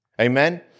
Amen